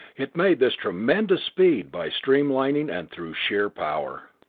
it made this tremendous speed by streamlining and through sheer power.